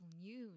news